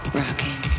rocking